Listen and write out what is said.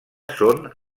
són